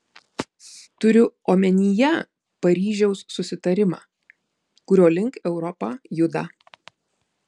turiu omenyje paryžiaus susitarimą kurio link europa juda